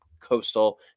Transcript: Coastal